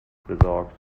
besorgt